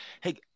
Hey